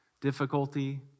difficulty